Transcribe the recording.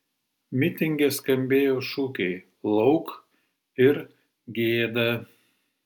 mitinge skambėjo šūkiai lauk ir gėda